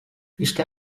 i̇şte